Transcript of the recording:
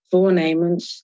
Voornemens